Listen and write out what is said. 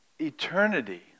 eternity